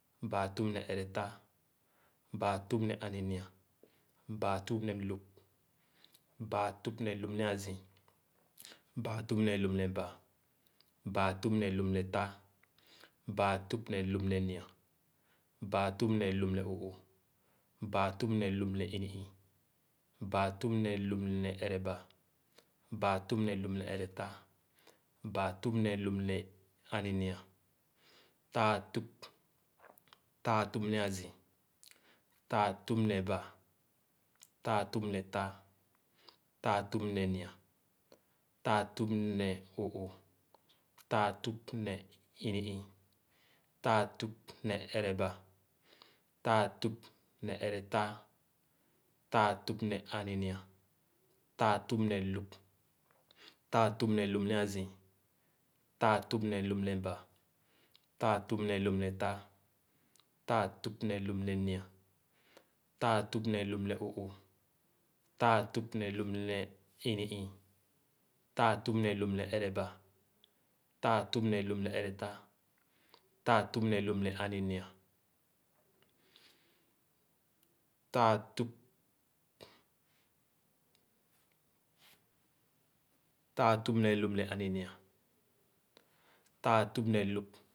Baa tüp ne eretaa, baa tüp ne aninya, baa ne lõp, baa ne lõp ne azii, baa ne lõp ne baa, baa ne lõp ne taa, baa ne lõp ne nyi-a, baa ne lõp ne o'ooh, baa ne lõp ne ini-ii, baa ne lõp ne eraba, baa ne lõp ne eretaa, baa ne lõp ne aninya, taa tüp. Taa tüp ne azii, taa tüp ne baa, taa tüp ne taa, taa tüp ne nyi-a, taa tüp ne o'ooh, taa tüp ne ini-ii, taa tüp ne eraba, taa tüp ne eretaa, taa tüp ne aninya, taa tüp ne lõp. Taa tüp ne lõp ne azii, taa tüp ne lõp ne ba, taa tüp ne lõp ne taa, taa tüp ne lõp ne nyi-a, taa tüp ne lõp ne o'ooh, taa tüp ne lõp ne ini-ii, taa tüp ne lõp ne ereba, taa tüp ne lõp ne eretaa, taa tüp ne lõp ne aninya, taa tüp taa tüp ne lõp ne aninya, taa tüp ne lõp.